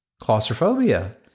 Claustrophobia